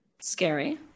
Scary